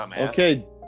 Okay